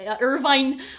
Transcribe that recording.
Irvine